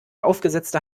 aufgesetzte